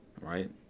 right